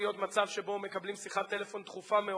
מצב שבו מקבלים שיחת טלפון דחופה מאוד.